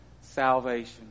salvation